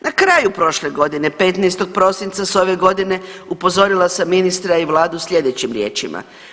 Na kraju prošle godine 15. prosinca s ove godine upozorila sam ministra i vladu slijedećim riječima.